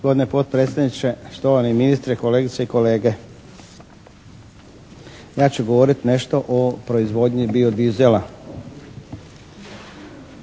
Gospodine potpredsjedniče, štovani ministre, kolegice i kolege! Ja ću govorit nešto o proizvodnji bio dizela.